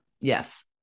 Yes